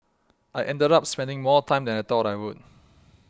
I ended up spending more time than I thought I would